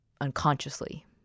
unconsciously